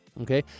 Okay